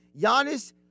Giannis